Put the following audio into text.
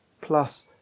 plus